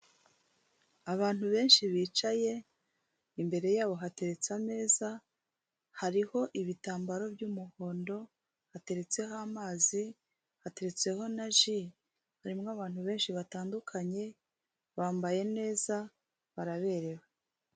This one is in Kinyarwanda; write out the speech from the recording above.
Abantu benshi bicaye imbere yabo hateretse ameza hariho ibitambaro by'umuhondo, hateretseho amazi, hateretseho na ji, harimo abantu benshi batandukanye, bambaye neza, baraberewe.